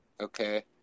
okay